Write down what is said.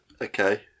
okay